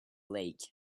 lake